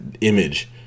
image